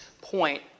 point